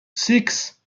six